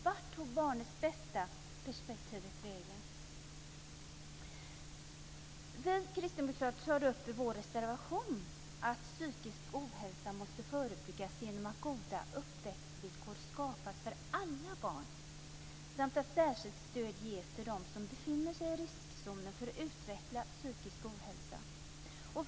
Vart tog "barnets bästa"-perspektivet vägen? Vi kristdemokrater tar i vår reservation upp att psykisk ohälsa måste förebyggas genom att goda uppväxtvillkor skapas för alla barn samt att särskilt stöd ges till dem som befinner sig i riskzonen för att utveckla psykisk ohälsa.